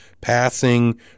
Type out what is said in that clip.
passing